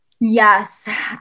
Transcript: Yes